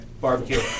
Barbecue